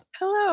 Hello